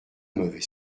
mauvais